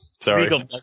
Sorry